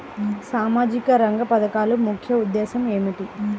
సామాజిక రంగ పథకాల ముఖ్య ఉద్దేశం ఏమిటీ?